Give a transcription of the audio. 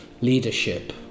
leadership